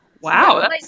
Wow